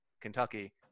Kentucky